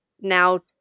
now